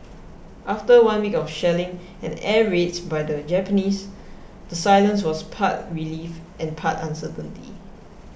after one week of shelling and air raids by the Japanese the silence was part relief and part uncertainty